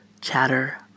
chatter